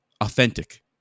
authentic